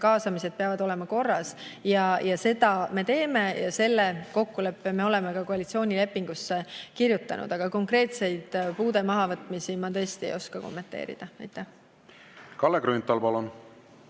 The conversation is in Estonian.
kaasamised peavad olema korras, ja seda me teeme. Ja selle kokkuleppe me oleme ka koalitsioonilepingusse kirjutanud. Aga konkreetseid puude mahavõtmisi ma tõesti ei oska kommenteerida. Aitäh!